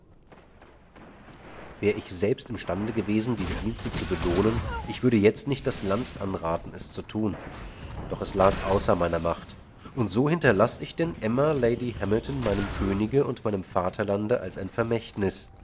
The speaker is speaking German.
wär ich selbst imstande gewesen diese dienste zu belohnen ich würde jetzt nicht das land anraten es zu tun doch es lag außer meiner macht und so hinterlaß ich denn emma lady hamilton meinem könige und meinem vaterlande als ein vermächtnis